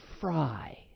fry